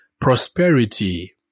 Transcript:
prosperity